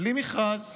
בלי מכרז.